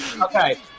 Okay